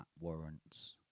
warrants